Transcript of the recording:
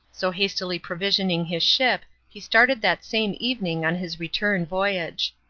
so hastily provisioning his ship he started that same evening on his return voyage.